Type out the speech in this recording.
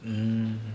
mm